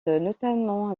notamment